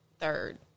third